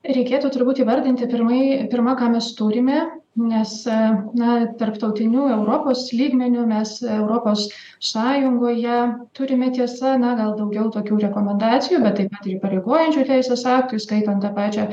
reikėtų turbūt įvardinti pirmąjį pirma ką mes turime nes na tarptautiniu europos lygmeniu mes europos sąjungoje turime tiesa na gal daugiau tokių rekomendacijų bet taip pat įpareigojančių teisės aktų įskaitant pačią